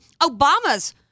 Obama's